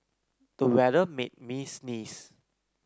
the weather made me sneeze